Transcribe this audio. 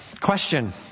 Question